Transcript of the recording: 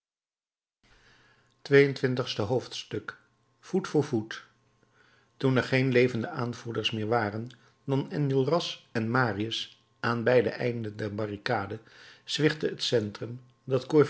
twee-en-twintigste hoofdstuk voet voor voet toen er geen levende aanvoerders meer waren dan enjolras en marius aan beide einden der barricade zwichtte het centrum dat